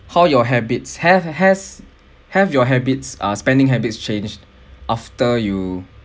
how your habits have has have your habits ah spending habits changed after you